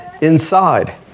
inside